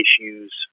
issues